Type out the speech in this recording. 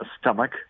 stomach